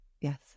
Yes